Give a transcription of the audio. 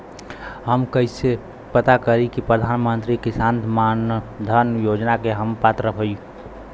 हम कइसे पता करी कि प्रधान मंत्री किसान मानधन योजना के हम पात्र हई?